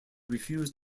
refused